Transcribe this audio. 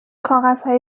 کاغذهای